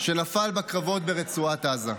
שנפל בקרבות ברצועת עזה.